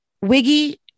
Wiggy